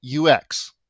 UX